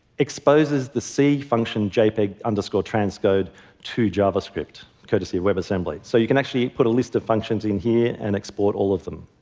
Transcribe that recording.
exposes the c function jpg and transcode to javascript, courtesy of webassembly. so you can actually put a list of functions in here and export all of them.